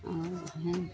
और हम